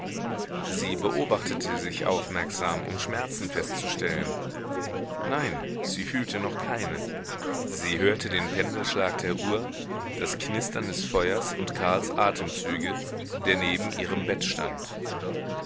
sie beobachtete sich aufmerksam um schmerzen festzustellen nein sie fühlte noch keine sie hörte den pendelschlag der uhr das knistern des feuers und karls atemzüge der neben ihrem bett stand